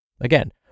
Again